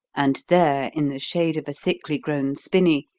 and there in the shade of a thickly grown spinney,